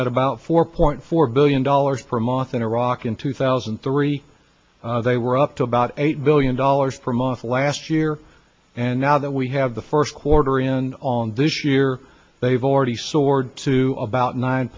at about four point four billion dollars per month in iraq in two thousand and three they were up to about eight billion dollars per month last year and now that we have the first quarter end on this year they've already soared to about nine